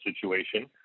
situation